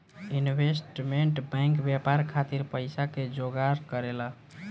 investment bank व्यापार खातिर पइसा के जोगार करेला